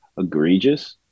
egregious